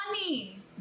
money